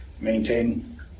maintain